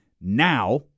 now